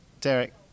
Derek